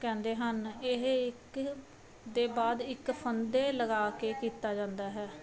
ਕਹਿੰਦੇ ਹਨ ਇਹ ਇੱਕ ਦੇ ਬਾਅਦ ਇੱਕ ਫੰਦੇ ਲਗਾ ਕੇ ਕੀਤਾ ਜਾਂਦਾ ਹੈ